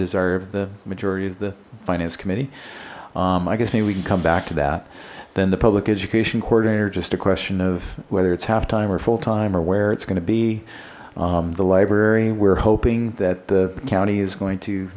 of the majority of the finance committee i guess maybe we can come back to that then the public education coordinator just a question of whether it's half time or full time or where it's going to be the library we're hoping that the county is going to